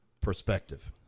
perspective